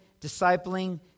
discipling